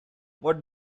what